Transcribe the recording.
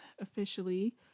officially